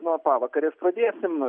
nuo pavakarės pradėsim